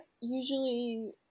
usually